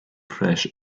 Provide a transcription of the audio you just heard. fresh